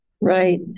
Right